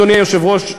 אדוני היושב-ראש,